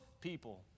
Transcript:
people